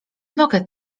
nogę